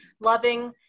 loving